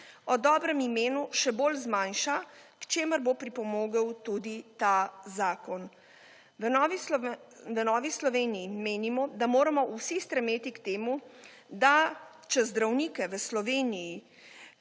o dobrem imenu še bolj zmanjša, k čemer bo pripomogel tudi ta zakon. V Novi Sloveniji menimo, da moramo vsi strmeti k temu, da če zdravnike v Sloveniji